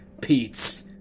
Pete's